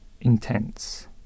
intense